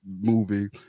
movie